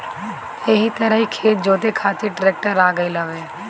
एही तरही खेत जोते खातिर ट्रेक्टर आ गईल हवे